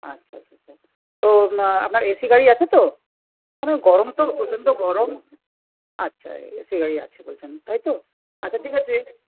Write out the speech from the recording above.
আচ্ছা আচ্ছা আচ্ছা তো আপনার এসি গাড়ি আছে তো গরম তো প্রচণ্ড গরম আচ্ছা এসি গাড়ি আছে বলছেন তাই তো আচ্ছা ঠিক আছে